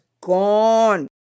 gone